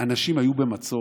אנשים היו במצור,